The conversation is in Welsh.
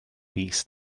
mis